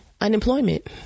unemployment